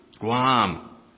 Guam